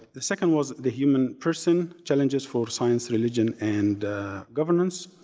the second was the human person challenges for science, religion and governance.